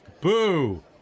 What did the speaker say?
Boo